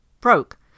broke